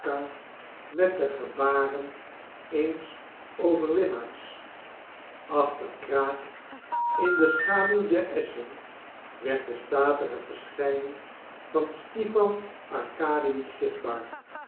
met de gebaren eens overwinnaars achter kraak in de schaduw der esschen werd de statige verschijning van stipan arkadiewitsch zichtbaar